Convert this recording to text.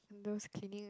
those cleaning